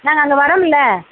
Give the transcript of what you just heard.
நாங்கள் அங்கே வரோமில்ல